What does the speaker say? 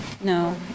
no